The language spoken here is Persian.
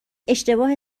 اشتباه